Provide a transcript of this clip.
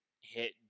hit